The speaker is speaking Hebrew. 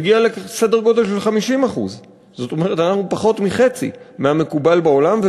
מגיע לסדר-גודל של 50%. זאת אומרת שאנחנו פחות מחצי מהמקובל בעולם,